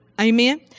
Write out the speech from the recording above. Amen